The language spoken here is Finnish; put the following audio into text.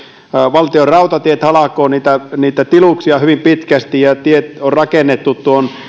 valtionrautatiet halkoo niitä niitä tiluksia hyvin pitkästi ja